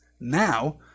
now